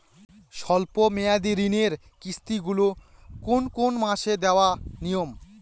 স্বল্প মেয়াদি ঋণের কিস্তি গুলি কোন কোন মাসে দেওয়া নিয়ম?